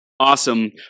awesome